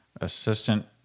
assistant